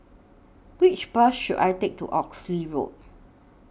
Which Bus should I Take to Oxley Road